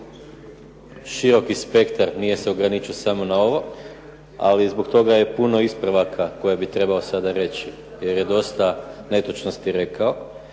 široki spektar, nije se ograničio samo na ovo, ali zbog toga je puno ispravaka koje bi trebao sada reći jer je dosta netočnosti rekao